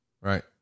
Right